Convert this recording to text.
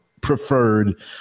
preferred